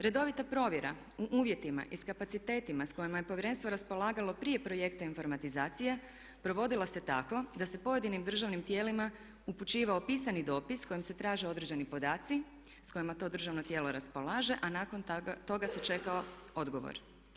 Redovita provjera u uvjetima i s kapacitetima s kojima je povjerenstvo raspolagalo prije projekta informatizacije provodila se tako da se pojedinim državnim tijelima upućivao pisani dopis s kojim se traže određeni podaci s kojima to državno tijelo raspolaže a nakon toga se čekao odgovor.